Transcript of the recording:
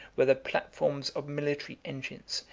were the platforms of military engines,